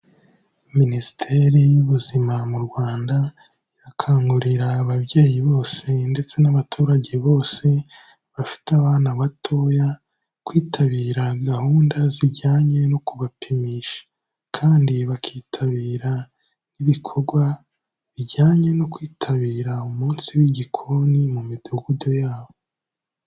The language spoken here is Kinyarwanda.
Minisiteri y'ubuzima mu Rwanda, irakangurira ababyeyi bose ndetse n'abaturage bose bafite abana batoya, kwitabira gahunda zijyanye no kubapimisha kandi bakitabira n'ibikorwa bijyanye no kwitabira umunsi w'igikoni mu midugudu yabo.